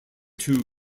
two